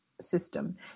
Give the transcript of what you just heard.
System